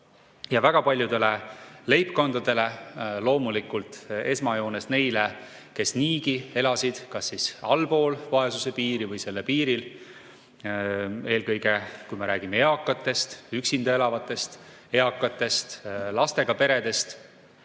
Väga paljudel leibkondadel, loomulikult esmajoones neil, kes niigi elasid kas siis allpool vaesuspiiri või selle piiril, eelkõige kui me räägime eakatest, üksinda elavatest eakatest, lastega peredest,